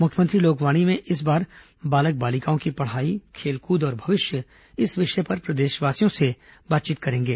मुख्यमंत्री लोकवाणी में इस बार बालक बालिकाओं की पढ़ाई खेलकूद और भविष्य विषय पर प्रदेशवासियों से बातचीत करेंगे